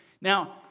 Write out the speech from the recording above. Now